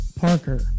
Parker